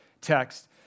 text